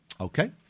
Okay